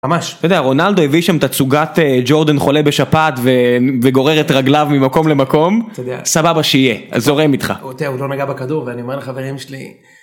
ממש, אתה יודע רונלדו הביא שם את הצוגת ג'ורדן חולה בשפעת וגורר את רגליו ממקום למקום, אתה יודע, סבבה שיהיה, אז זורם איתך. הוא עוד לא נגע בכדור ואני אומר לחברים שלי,